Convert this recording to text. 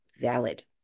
valid